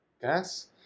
gas